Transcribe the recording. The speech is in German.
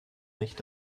nicht